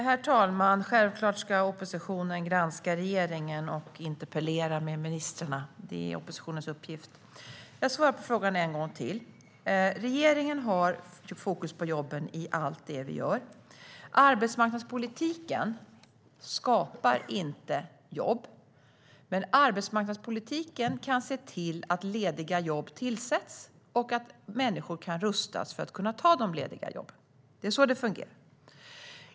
Herr talman! Självklart ska oppositionen granska regeringen och interpellera ministrarna. Det är oppositionens uppgift. Jag svarar på frågan en gång till. Regeringen har fokus på jobben i allt den gör. Arbetsmarknadspolitiken skapar inte jobb, men arbetsmarknadspolitiken kan se till att lediga jobb tillsätts och att människor rustas för att kunna ta de lediga jobben. Det är så det fungerar.